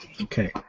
Okay